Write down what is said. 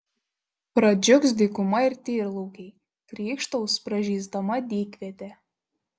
pradžiugs dykuma ir tyrlaukiai krykštaus pražysdama dykvietė